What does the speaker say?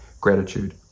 gratitude